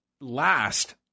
last